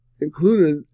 included